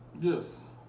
yes